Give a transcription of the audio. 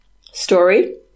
story